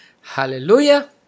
Hallelujah